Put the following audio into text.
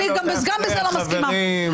נא לא להפריע, חברים.